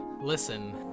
Listen